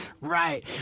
Right